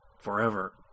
forever